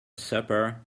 supper